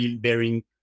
bearing